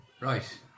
Right